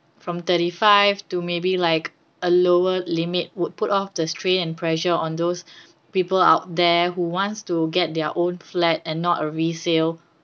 from thirty five to maybe like a lower limit would put off the strain and pressure on those people out there who wants to get their own flat and not a resale